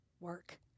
work